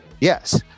Yes